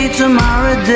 tomorrow